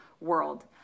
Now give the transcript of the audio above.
world